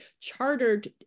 chartered